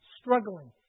struggling